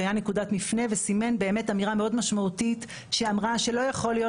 שהיה נקודת מפנה וסימן באמת אמירה מאוד משמעותית שאמרה שלא יכול להיות